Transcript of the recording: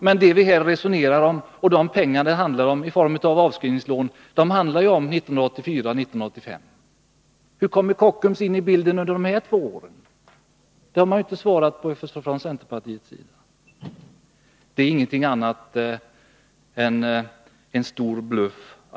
De pengar i form av avskrivningslån som vi här resonerar om avser ju 1984 och 1985. Hur kommer Kockums in i bilden under dessa två år? Det har man inte svarat på från centerpartiets sida.